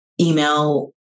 email